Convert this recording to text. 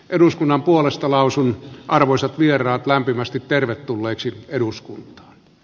eduskunnan puolesta lausui arvoisat vieraat lämpimästi tervetulleeksi eduskuntaan